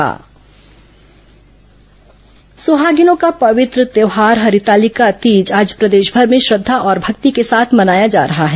तीज गणेश चतुर्थी सुहागिनों का पंवित्र त्यौहार हरितालिका तीज आज प्रदेशभर में श्रद्धा और भक्ति के साथ मनाया जा रहा है